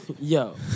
Yo